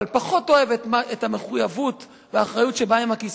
אבל פחות אוהב את המחויבות והאחריות שבאות עם הכיסא,